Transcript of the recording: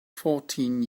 fourteen